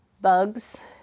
bugs